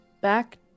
back